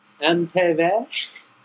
MTV